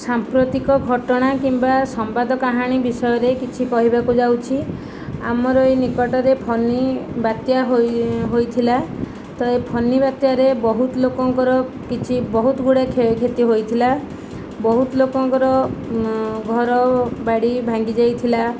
ସାଂପ୍ରତିକ ଘଟଣା କିମ୍ବା ସମ୍ବାଦ କାହାଣୀ ବିଷୟରେ କିଛି କହିବାକୁ ଯାଉଛି ଆମର ଏଇ ନିକଟରେ ଫନି ବାତ୍ୟା ହୋଇ ହୋଇଥିଲା ତ ଏଇ ଫନି ବାତ୍ୟାରେ ବହୁତ ଲୋକଙ୍କର କିଛି ବହୁତ ଗୁଡ଼େ କ୍ଷୟକ୍ଷତି ହୋଇଥିଲା ବହୁତ ଲୋକଙ୍କର ଘର ବାଡ଼ି ଭାଙ୍ଗି ଯାଇଥିଲା